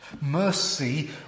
Mercy